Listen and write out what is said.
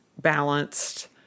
balanced